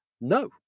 no